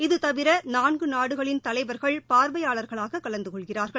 இதுதவிர நான்கு நாடுகளின் தலைவர்களும் பார்வையாளர்களாக கலந்து கொள்கிறார்கள்